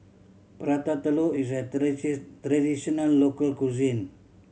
Prata Telur is a traditional local cuisine